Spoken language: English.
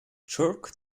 jerk